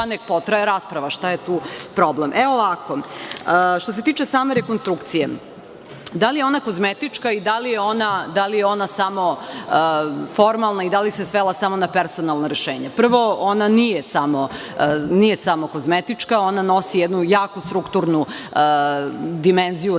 nek potraje rasprava. Šta je tu problem? Što se tiče same rekonstrukcije, da li je ona kozmetička i da li je ona samo formalna i da li se svela samo na personalna rešenja? Prvo, ona nije samo kozmetička, ona nosi jednu jaku strukturnu dimenziju reforme